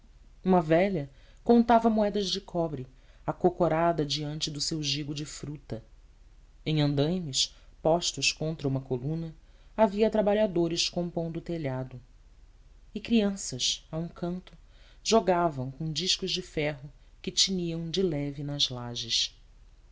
uma velha contava moedas de cobre acocorada diante do seu gigo de fruta em andaimes postos contra uma coluna havia trabalhadores compondo o telhado e crianças a um canto jogavam com discos de ferro que tiniam de leve nas lajes